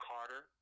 Carter